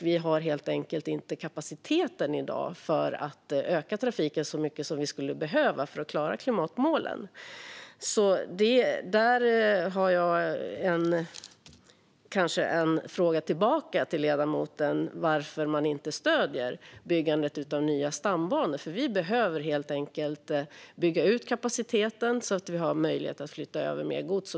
Vi har helt enkelt inte kapaciteten i dag för att öka trafiken så mycket som vi skulle behöva för att klara klimatmålen. Där har jag alltså en fråga tillbaka till ledamoten - varför Sverigedemokraterna inte stöder byggandet av nya stambanor. Vi behöver helt enkelt bygga ut kapaciteten så att vi har möjlighet att flytta över mer gods.